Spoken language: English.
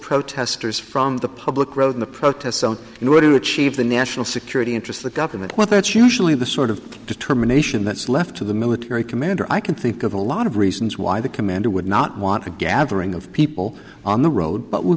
protesters from the public wrote in the protests in order to achieve the national security interests the government that's usually the sort of determination that's left to the military commander i can think of a lot of reasons why the commander would not want a gathering of people on the road but w